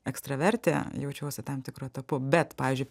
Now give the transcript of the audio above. ekstravertė jaučiausi tam tikru etapu bet pavyzdžiui